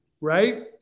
Right